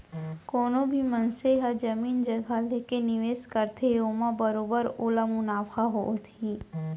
कोनो भी मनसे ह जमीन जघा लेके निवेस करथे ओमा बरोबर ओला मुनाफा होथे ही